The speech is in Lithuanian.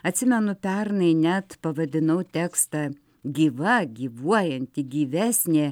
atsimenu pernai net pavadinau tekstą gyva gyvuojanti gyvesnė